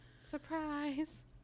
surprise